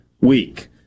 week